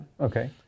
Okay